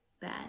bad